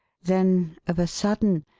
then, of a sudden,